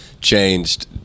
changed